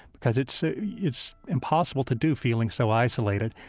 because it's so it's impossible to do feeling so isolated.